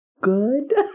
good